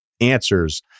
answers